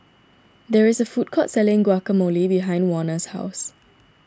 there is a food court selling Guacamole behind Warner's house